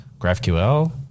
GraphQL